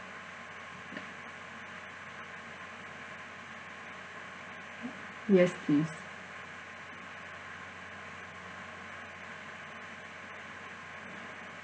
yes please